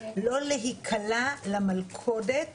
לא להיקלע למלכודת